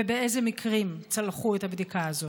ובאילו מקרים צלחו את הבדיקה הזאת?